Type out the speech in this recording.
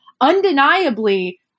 undeniably